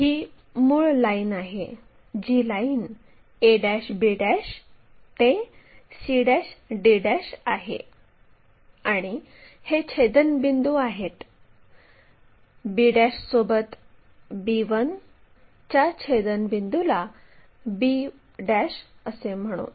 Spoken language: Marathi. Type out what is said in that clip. ही मूळ लाईन आहे जी लाईन a b ते c d आहे आणि हे छेदनबिंदू आहेत b सोबत b1 च्या छेदनबिंदूला b असे म्हणू